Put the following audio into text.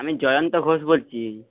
আমি জয়ন্ত ঘোষ বলছি